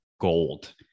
gold